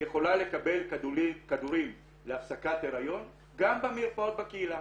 יכולה לקבל כדורים להפסקת הריון גם במרפאות בקהילה.